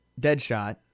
Deadshot